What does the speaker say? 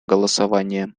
голосования